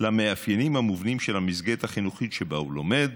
למאפיינים המובנים של המסגרת החינוכית שבה הוא לומד,